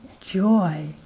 joy